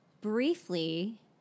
briefly